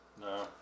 No